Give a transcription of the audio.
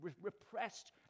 repressed